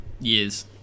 years